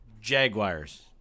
Jaguars